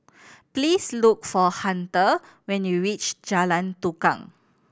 please look for Hunter when you reach Jalan Tukang